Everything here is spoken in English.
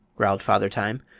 growled father time.